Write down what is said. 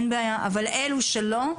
אבל אלו שלא,